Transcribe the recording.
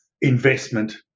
investment